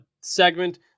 segment